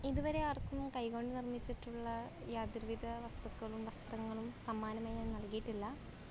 ഇതുവരെ ആർക്കും കൈ കൊണ്ട് നിർമ്മിച്ചിട്ടുള്ള യാതൊരു വിധ വസ്തുക്കളും വസ്ത്രങ്ങളും സമ്മാനമായി ഞാൻ നൽകിയിട്ടില്ല